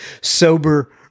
Sober